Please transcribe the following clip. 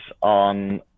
on